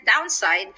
downside